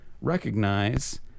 recognize